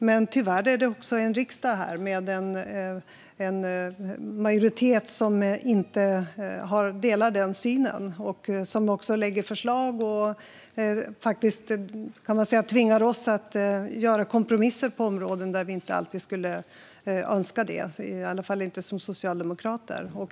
Men tyvärr har vi också en riksdag med en majoritet som inte delar den synen och som också lägger fram förslag och tvingar oss att göra kompromisser på områden där vi inte alltid skulle önska det, i alla fall inte som socialdemokrater.